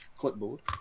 Clipboard